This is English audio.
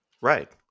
Right